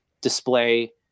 display